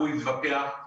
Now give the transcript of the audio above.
הוא התווכח.